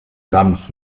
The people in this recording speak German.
ramsch